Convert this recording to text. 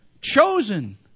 chosen